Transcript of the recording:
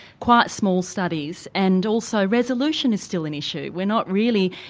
quite small studies and also resolution is still an issue. we're not really.